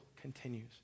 continues